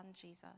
Jesus